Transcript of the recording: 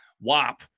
wop